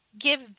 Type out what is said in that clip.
Give